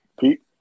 Pete